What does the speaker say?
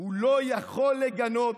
הוא לא יכול לגנות,